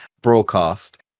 broadcast